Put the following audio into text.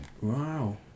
Wow